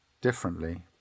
differently